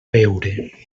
veure